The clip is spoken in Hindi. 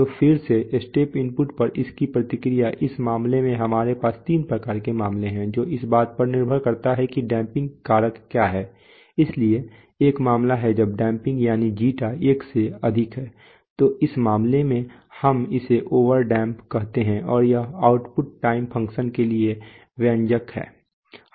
तो फिर से स्टेप इनपुट पर इसकी प्रतिक्रिया इस मामले में हमारे पास तीन प्रकार के मामले हैं जो इस बात पर निर्भर करते हैं कि डैमपिंग कारक क्या है इसलिए एक मामला है जब डैमपिंग यानी जीटा एक से अधिक है इस मामले में हम इसे ओवर डैम कहते हैं और यह आउटपुट टाइम फ़ंक्शन के लिए व्यंजक है